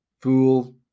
Fool